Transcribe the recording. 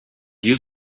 use